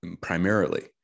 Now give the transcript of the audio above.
primarily